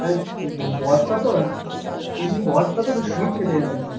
আরে বর্ষাতো এমনি বর্ষাতো স্লিপ কেটে গেছে এখন